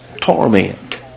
torment